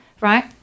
right